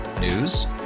News